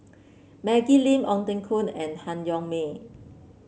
Maggie Lim Ong Teng Koon and Han Yong May